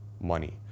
money